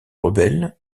rebelles